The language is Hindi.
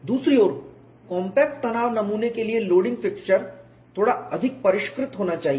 दूसरी ओर कॉम्पैक्ट तनाव नमूने के लिए लोडिंग फिक्श्चर थोड़ा अधिक परिष्कृत होना चाहिए